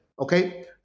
okay